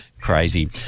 Crazy